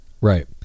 Right